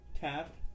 Tap